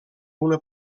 una